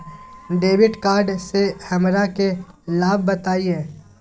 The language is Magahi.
डेबिट कार्ड से हमरा के लाभ बताइए?